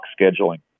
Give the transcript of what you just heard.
scheduling